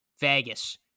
Vegas